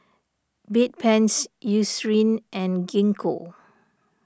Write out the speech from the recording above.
Bedpans Eucerin and Gingko